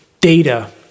data